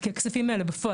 כי הכספים האלה בפועל,